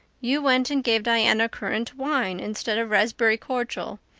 you went and gave diana currant wine instead of raspberry cordial.